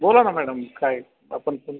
बोला ना मॅडम काय आपण कोण